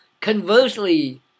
Conversely